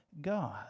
God